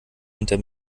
hinter